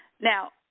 Now